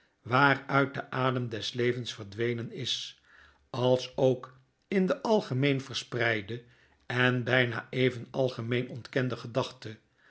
waaruit de adem des levens verdwenen is als ook in de algemeen verspreide en byna even algemeen ontkende gedachte